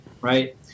Right